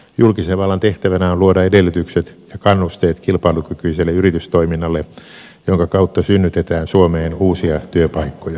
julkisen vallan tehtävänä on luoda edellytykset ja kannusteet kilpailukykyiselle yritystoiminnalle jonka kautta synnytetään suomeen uusia työpaikkoja